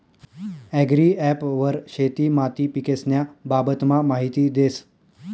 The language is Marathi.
ॲग्रीॲप वर शेती माती पीकेस्न्या बाबतमा माहिती देस